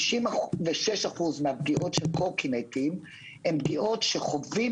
96% מהפגיעות של קורקינטים הן פגיעות שחווים